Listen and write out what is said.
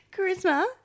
Charisma